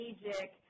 strategic